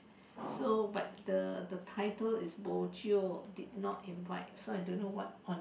so but the the title is bo jio did not invite so I don't know what on